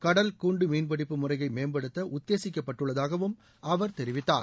கடல் கூண்டு மீன் பிடிப்பு முறையை மேம்படுத்த உத்தேசிக்கப்பட்டுள்ளதாகவும் அவர் தெரிவித்தார்